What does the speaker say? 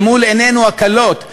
אל מול עינינו הכלות,